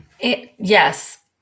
Yes